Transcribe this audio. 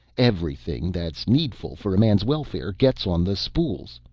everything that's needful for a man's welfare gets on the spools.